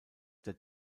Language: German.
der